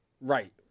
Right